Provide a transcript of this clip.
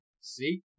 see